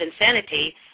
insanity